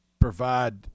provide